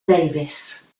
davies